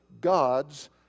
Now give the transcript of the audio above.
God's